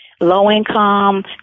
low-income